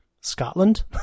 Scotland